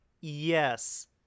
Yes